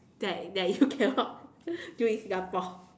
that that you cannot do in Singapore